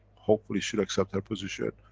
hopefully she'll accept her position.